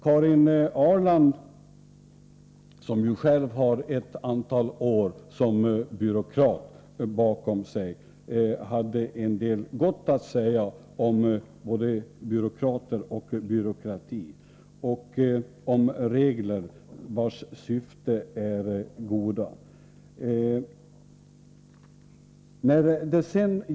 Karin Ahrland, som ju själv har ett antal år som byråkrat bakom sig, hade en del gott att säga om både byråkrater och byråkrati och om regler vilkas syfte är gott.